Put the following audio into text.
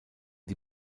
die